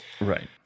Right